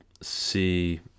see